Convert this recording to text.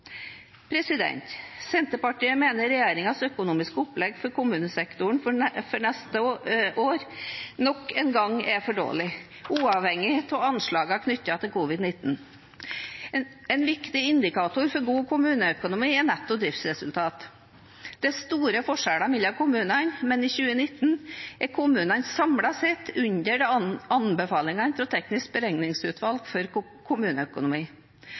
Senterpartiet mener regjeringens økonomiske opplegg for kommunesektoren for neste år nok en gang er for dårlig, uavhengig av anslagene knyttet til covid-19. En viktig indikator for god kommuneøkonomi er netto driftsresultat. Det er store forskjeller mellom kommunene, men i 2019 er kommunene samlet sett under anbefalingene fra teknisk beregningsutvalg for kommuneøkonomi.